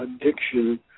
addiction